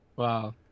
wow